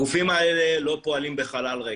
הגופים האלה לא פועלים בחלל ריק.